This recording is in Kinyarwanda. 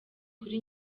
kuri